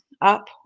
up